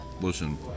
Listen